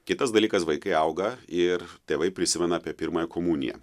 kitas dalykas vaikai auga ir tėvai prisimena apie pirmąją komuniją